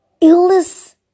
Illness